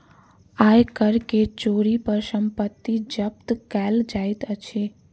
आय कर के चोरी पर संपत्ति जब्त कएल जाइत अछि